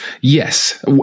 Yes